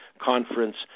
conference